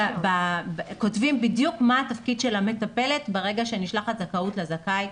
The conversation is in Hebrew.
אנחנו כותבים בדיוק מה התפקיד של המטפלת ברגע שנשלחת זכאות לזכאי.